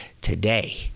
today